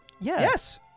Yes